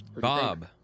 Bob